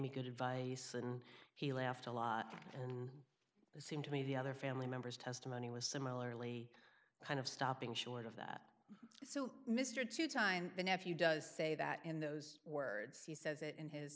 me good advice and he laughed a lot it seemed to me the other family members testimony was similarly kind of stopping short of that so mr to time the nephew does say that in those words he says it in his